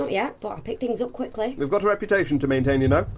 um yeah but i pick things up quickly. we've got a reputation to maintain, you know.